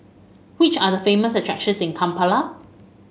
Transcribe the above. which are the famous attractions in Kampala